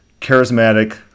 charismatic